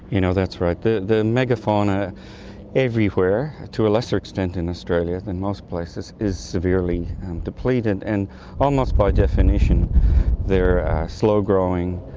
you know that's right, the the mega fauna everywhere, to a lesser extent in australia than most places, is severely depleted, and almost by definition they're slow-growing,